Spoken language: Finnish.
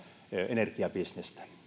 energiabisnestä